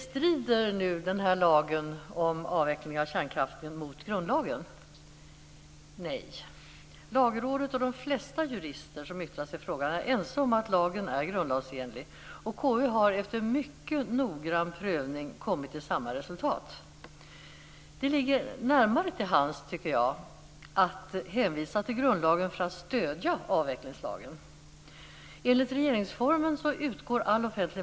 Herr talman! Strider lagen om avvecklingen av kärnkraften mot grundlagen? Nej. Lagrådet och de flesta jurister som yttrat sig i frågan är ense om att lagen är grundlagsenlig. KU har efter mycket noggrann prövning kommit till samma resultat. Det ligger närmare till hands, tycker jag, att hänvisa till grundlagen för att stödja avvecklingslagen. Sverige från folket.